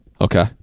okay